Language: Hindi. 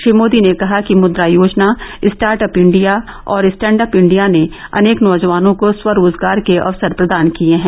श्री मोदी ने कहा कि Mudra Yojana start up India और स्टैंड अप इंडिया ने अनेक नौजवानों को स्वरोजगार के अवसर प्रदान किये हैं